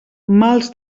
mals